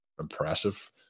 impressive